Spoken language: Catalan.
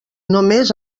només